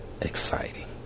exciting